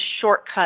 shortcut